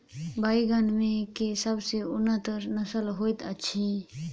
बैंगन मे केँ सबसँ उन्नत नस्ल होइत अछि?